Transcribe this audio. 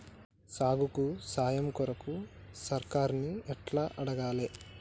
సాగుకు సాయం కొరకు సర్కారుని ఎట్ల అడగాలే?